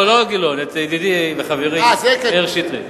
לא, לא את גילאון, את ידידי וחברי מאיר שטרית,